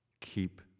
keep